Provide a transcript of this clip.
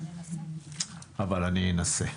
אבל אני אנסה.